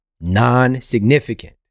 non-significant